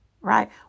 right